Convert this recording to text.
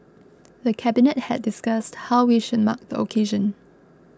the Cabinet had discussed how we should mark the occasion